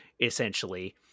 essentially